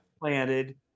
planted